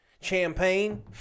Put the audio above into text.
champagne